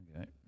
Okay